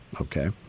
Okay